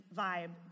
vibe